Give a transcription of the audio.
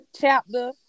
chapter